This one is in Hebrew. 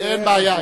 אין בעיה,